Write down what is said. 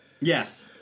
Yes